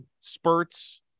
spurts